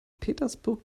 petersburg